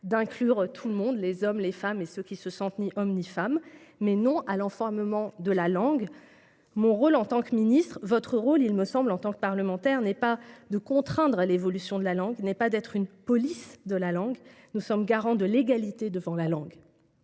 d’inclure tout le monde – hommes, femmes et ceux qui ne se sentent ni homme ni femme –, mais non à l’enfermement de la langue. Mon rôle, en tant que ministre, votre rôle, en tant que parlementaires, n’est pas de contraindre l’évolution de la langue ni de nous ériger en police de la langue. Nous sommes garants de l’égalité devant la langue,